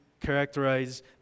characterize